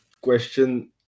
question